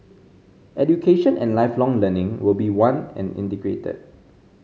education and Lifelong Learning will be one and integrated